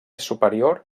superior